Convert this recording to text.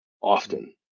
often